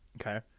Okay